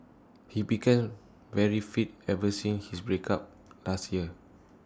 he became very fit ever since his breakup last year